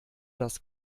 das